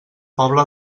pobla